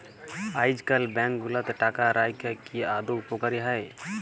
আইজকাল ব্যাংক গুলাতে টাকা রাইখা কি আদৌ উপকারী হ্যয়